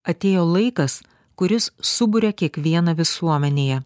atėjo laikas kuris suburia kiekvieną visuomenėje